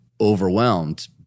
overwhelmed